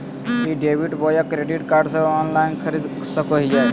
ई debit बोया credit card से online खरीद सको हिए?